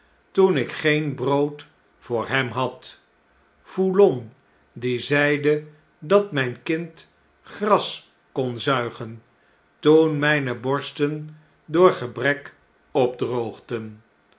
toen ik geen brood voor hem had foulon die zeide dat mtjn kind gras kon zuigen toen mijne borsten door gebrek opdroogden